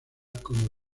como